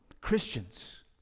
christians